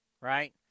Right